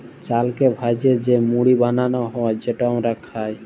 চালকে ভ্যাইজে যে মুড়ি বালাল হ্যয় যেট আমরা খাই